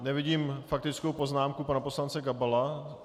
Nevidím faktickou poznámku pana poslance Gabala.